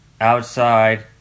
outside